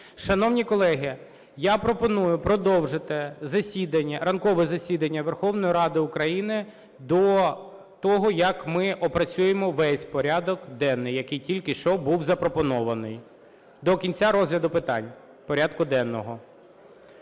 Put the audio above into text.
Шановні колеги, я пропоную продовжити ранкове засідання Верховної Ради України до того, як ми опрацюємо весь порядок денний, який тільки що був запропонований, до кінця розгляду питань порядку денного.